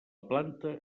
planta